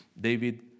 David